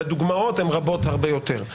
והדוגמאות רבות הרבה יותר.